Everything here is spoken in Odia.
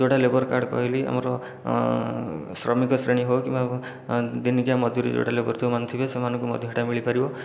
ଯେଉଁଟା ଲେବର କାର୍ଡ଼ କହିଲି ଆମର ଶ୍ରମିକ ଶ୍ରେଣୀ ହେଉ କିମ୍ବା ଦିନକିଆ ମଜୁରୀ ଯେଉଁଟା ଲେବର ଯେଉଁମାନେ ଥିବେ ସେମାନଙ୍କୁ ମଧ୍ୟ ସେହିଟା ମିଳିପାରିବ